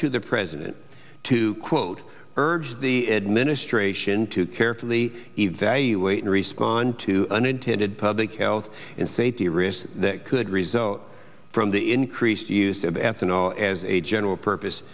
to the president to quote urge the administration to carefully evaluate and respond to unintended public health and safety risks that could result from the increased use of ethanol as a general purpose